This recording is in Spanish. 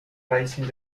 racing